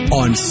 on